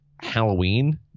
halloween